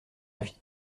avis